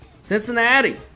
Cincinnati